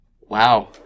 Wow